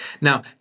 Now